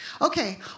Okay